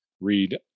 read